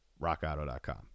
rockauto.com